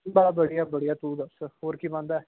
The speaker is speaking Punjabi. ਬਾ ਵਧੀਆ ਵਧੀਆ ਤੂੰ ਦੱਸ ਹੋਰ ਕੀ ਬਣਦਾ